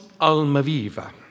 Almaviva